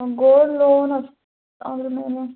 madam gold loan ಅದು ಅದ್ರ ಮೇಲೆ